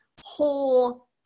whole